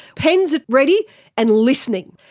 pens ready and listening.